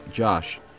Josh